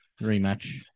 rematch